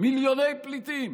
מיליוני פליטים,